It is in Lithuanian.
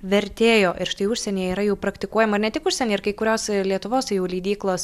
vertėjo ir štai užsienyje yra jau praktikuojama ne tik užsieny ir kai kurios lietuvos jau leidyklos